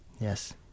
Yes